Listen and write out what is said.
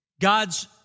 God's